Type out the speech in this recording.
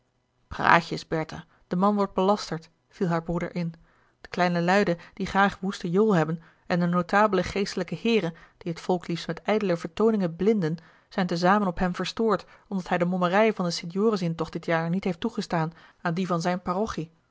bertha de man wordt belasterd viel haar broeder in de kleine luiden die graag woesten jool hebben en de notabele geestelijke heeren die t volk liefst met ijdele vertooningen blinden zijn te zamen op hem verstoord omdat hij de mommerij van den st joris intocht dit jaar niet heeft toegestaan aan die van zijne parochie